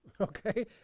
Okay